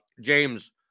James